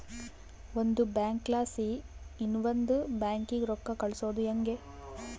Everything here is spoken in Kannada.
ಒಂದು ಬ್ಯಾಂಕ್ಲಾಸಿ ಇನವಂದ್ ಬ್ಯಾಂಕಿಗೆ ರೊಕ್ಕ ಕಳ್ಸೋದು ಯಂಗೆ